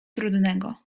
trudnego